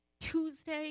Tuesday